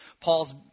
Paul's